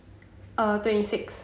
err twenty six